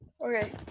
Okay